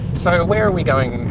so where are we going